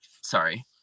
sorry